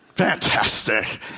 Fantastic